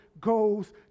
goes